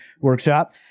Workshop